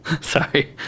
sorry